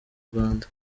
rwanda